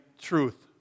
truth